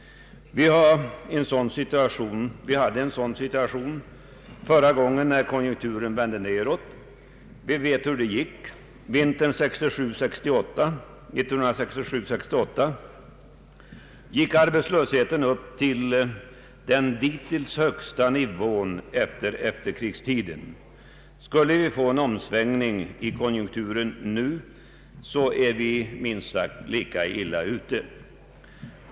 Vi hade en sådan situation när konjunkturen vände nedåt förra gången. Vi vet hur det gick — vintern 1967— 1968 gick arbetslösheten upp till den dittills högsta nivån under efterkrigstiden. Skulle vi nu få en omsvängning i konjunkturen är vi minst lika illa ute.